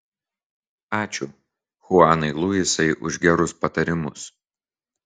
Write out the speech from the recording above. ačiū chuanai luisai už gerus patarimus